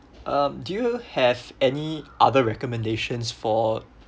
um do you have any other recommendations for